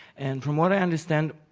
and from what i understand,